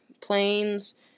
planes